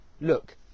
look